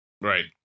right